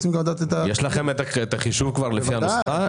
איתן, יש לכם את החישוב לפי הנוסחה?